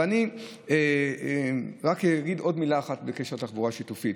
אבל אני אגיד רק עוד מילה אחת בקשר לתחבורה השיתופית.